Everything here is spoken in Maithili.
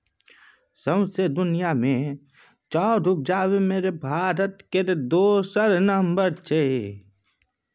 सौंसे दुनिया मे चाउर उपजाबे मे भारत केर दोसर नम्बर छै